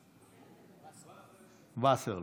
וסרלאוף.